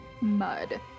Mud